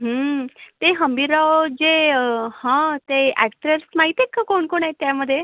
ते हंबीरराव जे हां ते अॅक्ट्रेस माहिती आहेत का कोण कोण आहेत त्यामध्ये